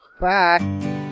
bye